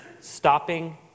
stopping